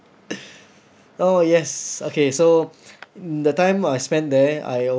oh yes okay so the time I spend there I